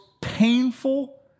painful